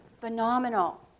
phenomenal